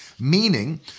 Meaning